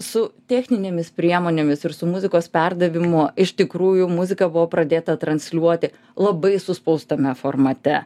su techninėmis priemonėmis ir su muzikos perdavimu iš tikrųjų muzika buvo pradėta transliuoti labai suspaustame formate